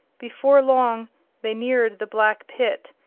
before long they neared the black pit,